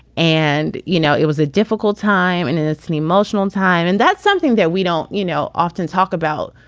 and, you know, it was a difficult time and and it's an emotional time. and that's something that we don't, you know, often talk about.